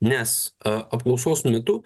nes apklausos metu